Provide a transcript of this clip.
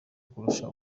kurusha